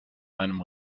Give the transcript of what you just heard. einem